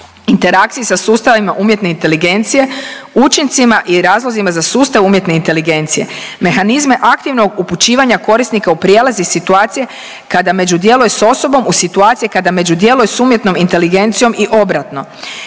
interakciji sa sustavima umjetne inteligencije, učincima i razlozima za sustav umjetne inteligencije, mehanizme aktivnog upućivanja korisnika u prijelaz i situacije kada među djeluje s osobom u situaciji kada među djeluje s umjetnom inteligencijom i obratno